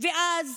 ואז